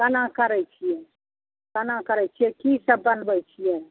केना करैत छियै केना करैत छियै की सभ बनबैत छियै